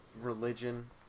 religion